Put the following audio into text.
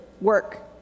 work